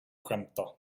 skämta